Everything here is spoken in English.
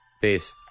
Peace